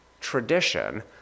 tradition